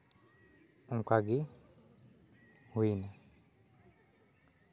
ᱚᱱᱠᱟ ᱜᱮ ᱦᱩᱭ ᱮᱱᱟ